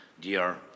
dear